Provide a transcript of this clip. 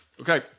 Okay